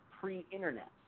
pre-internet